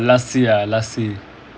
oh lassi ah lassi